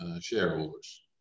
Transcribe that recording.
shareholders